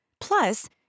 Plus